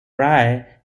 rye